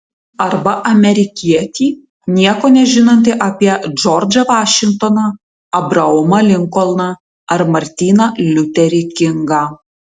arba amerikietį nieko nežinantį apie džordžą vašingtoną abraomą linkolną ar martyną liuterį kingą